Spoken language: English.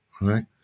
right